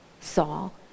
Saul